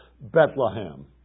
Bethlehem